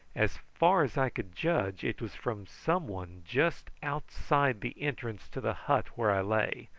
as far as i could judge it was from some one just outside the entrance to the hut where i lay,